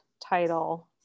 title